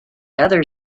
other